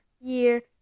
year